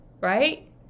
right